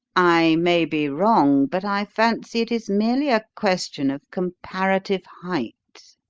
i may be wrong, but i fancy it is merely a question of comparative height.